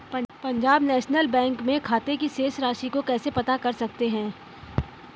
Punjab national bank में खाते की शेष राशि को कैसे पता कर सकते हैं?